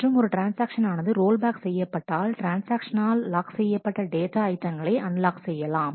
மற்றும் ஒரு ட்ரான்ஸ்ஆக்ஷன் ஆனது ரோல்பேக் செய்யப்பட்டால் ட்ரான்ஸ்ஆக்ஷனால் லாக் செய்யப்பட்ட டேட்டா ஐட்டங்களை அன்லாக் செய்யலாம்